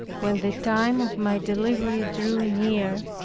when the time of my delivery drew near,